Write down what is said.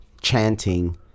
chanting